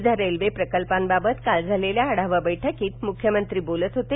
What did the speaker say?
विविध रेल्वे प्रकल्पांबाबत काल झालेल्या आढावा बैठकीत मुख्यमंत्रा कोलत होते